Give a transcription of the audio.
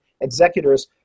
executors